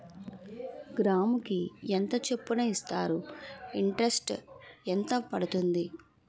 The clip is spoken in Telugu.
గ్రాముకి ఎంత చప్పున ఇస్తారు? ఇంటరెస్ట్ ఎంత పడుతుంది?